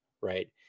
right